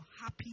happy